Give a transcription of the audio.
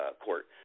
court